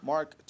Mark